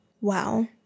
wow